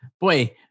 boy